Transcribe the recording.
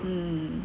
mm